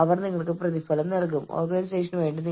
ഇവ ഓരോന്നും എന്താണെന്ന് ഒരു മിനിറ്റിനുള്ളിൽ നമുക്ക് കാണാം